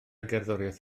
gerddoriaeth